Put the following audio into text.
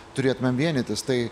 turėtumėm vienytis tai